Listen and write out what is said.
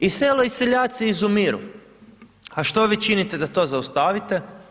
I selo i seljaci izumiru, a što vi činite da to zaustavite?